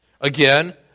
Again